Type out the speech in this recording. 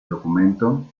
documento